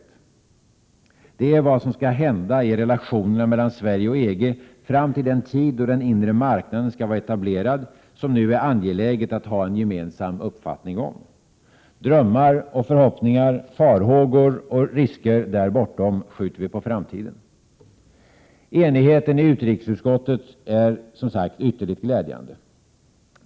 Det är i fråga om vad som skall hända i relationerna mellan Sverige och EG fram till den tid då den inre marknaden skall vara etablerad som det nu är angeläget att ha en gemensam uppfattning om. Drömmar och förhoppningar, farhågor och risker där bortom skjuter vi på framtiden. Enigheten i utrikesutskottet är som sagt ytterligt glädjande.